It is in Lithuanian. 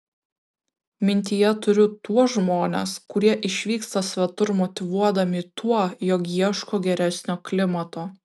mintyje turiu tuos žmones kurie išvyksta svetur motyvuodami tuo jog ieško geresnio klimato